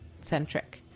centric